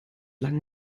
lang